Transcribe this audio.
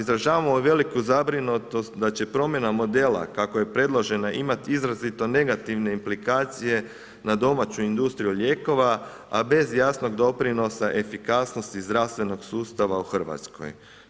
Izražavamo veliku zabrinutost da će promjena modela kako je predloženo, imat izrazito negativne implikacije na domaću industriju lijekova a bez jasnog doprinosa i efikasnosti zdravstvenog sustava u Hrvatskoj.